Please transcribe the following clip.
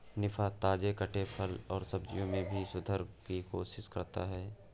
निफा, ताजे कटे फल और सब्जियों में भी सुधार की कोशिश करता है